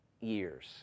years